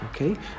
Okay